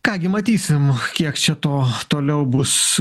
ką gi matysim kiek čia to toliau bus